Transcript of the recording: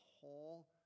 whole